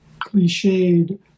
cliched